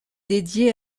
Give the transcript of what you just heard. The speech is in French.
dédiée